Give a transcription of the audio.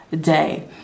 day